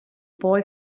boy